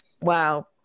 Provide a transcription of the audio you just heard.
Wow